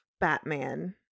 Batman